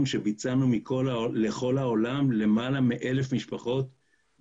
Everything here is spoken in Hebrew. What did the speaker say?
שביצענו לכלל העולם עם למעלה מ-1,000 משפחות.